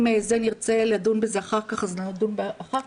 אם נרצה לדון בכך אחר כך, נדון בכך.